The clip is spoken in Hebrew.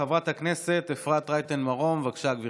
חברת הכנסת אפרת רייטן מרום, בבקשה, גברתי.